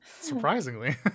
Surprisingly